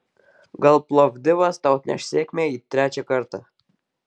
gal plovdivas tau atneš sėkmę trečią kartą